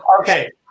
Okay